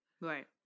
right